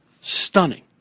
stunning